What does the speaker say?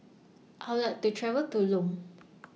I Would like to travel to Lome